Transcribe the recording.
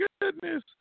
goodness